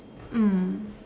mm